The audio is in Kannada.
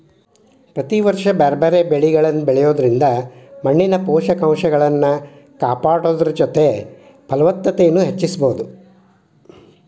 ಪ್ರತಿ ವರ್ಷ ಬ್ಯಾರ್ಬ್ಯಾರೇ ಬೇಲಿಗಳನ್ನ ಬೆಳಿಯೋದ್ರಿಂದ ಮಣ್ಣಿನ ಪೋಷಕಂಶಗಳನ್ನ ಕಾಪಾಡೋದರ ಜೊತೆಗೆ ಫಲವತ್ತತೆನು ಹೆಚ್ಚಿಸಬೋದು